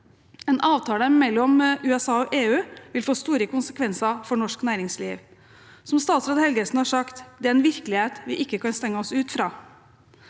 En avtale mellom EU og USAvil få store konsekvenser for norsk næringsliv. Som statsråd Helgesen har sagt: Det er en virkelighet vi ikke kan stenge oss ute fra.